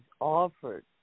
offered